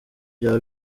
byaba